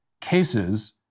cases